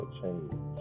change